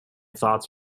thoughts